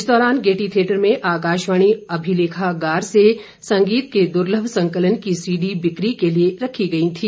इस दौरान Gaiety theatre में आकाशवाणी अभिलेखागार से संगीत के दुर्लभ संकलन की सीडी बिक्री के लिए रखी गई थी